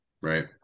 Right